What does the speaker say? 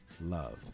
love